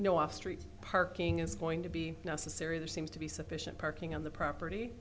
no off street parking is going to be necessary there seems to be sufficient parking on the property